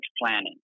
planning